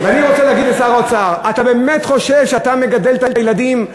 ואני רוצה להגיד לשר האוצר: אתה באמת חושב שאתה מגדל את הילדים?